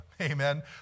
amen